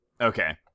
Okay